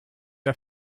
der